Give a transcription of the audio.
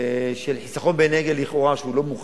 של חיסכון באנרגיה לכאורה, שהוא לא מוכח,